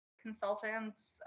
consultants